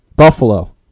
Buffalo